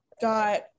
got